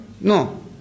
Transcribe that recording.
No